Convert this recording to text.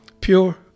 Pure